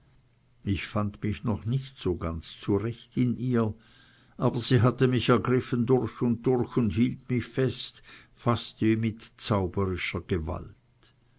ich fand mich noch nicht so ganz zurecht in ihr aber sie hatte mich ergriffen durch und durch und hielt mich fest fast wie mit zauberischer gewalt